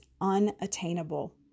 unattainable